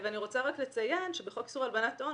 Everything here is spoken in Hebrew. אני רוצה רק לציין שבחוק איסור הלבנת הון